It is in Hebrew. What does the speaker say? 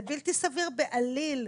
זה בלתי סביר בעליל.